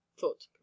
thought